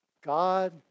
God